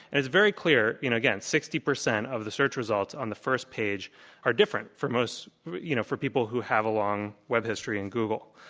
and it's very clear, you know again, sixty percent of the search results on the first page are different for most you know for people who have a long web history in google.